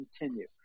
continue